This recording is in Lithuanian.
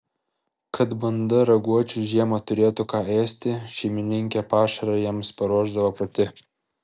kad banda raguočių žiemą turėtų ką ėsti šeimininkė pašarą jiems paruošdavo pati